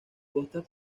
costas